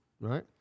right